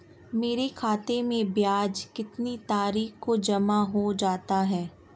मेरे खाते में ब्याज कितनी तारीख को जमा हो जाता है?